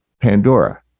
Pandora